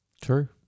True